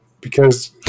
because-